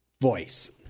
voice